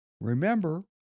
Remember